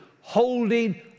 holding